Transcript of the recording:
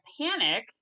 panic